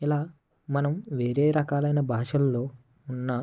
ఇలా మనం వేరే రకాలైన భాషల్లో ఉన్న